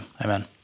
Amen